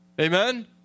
Amen